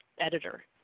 editor